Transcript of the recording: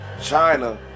China